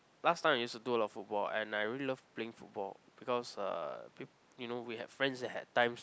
last time I used to do a lot of football and I really love playing football because uh peop~ you know we have friends that had times